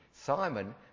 Simon